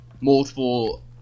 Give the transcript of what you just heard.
multiple